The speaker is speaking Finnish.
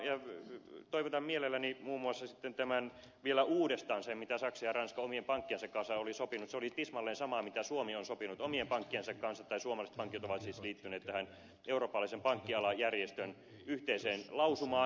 ja toivotan mielelläni muun muassa siten toistan vielä uudestaan sen että se mitä saksa ja ranska omien pankkiensa kanssa olivat sopineet oli tismalleen sama kuin se mitä suomi on sopinut omien pankkiensa kanssa tai suomalaiset pankit ovat siis liittyneet tähän eurooppalaiseen pankkialajärjestön yhteiseen lausumaan